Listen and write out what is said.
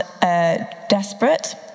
desperate